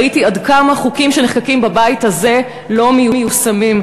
ראיתי עד כמה חוקים שנחקקים בבית הזה לא מיושמים.